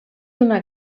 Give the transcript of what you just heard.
una